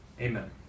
Amen